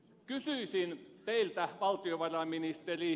kysyisin teiltä valtiovarainministeri